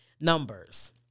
Numbers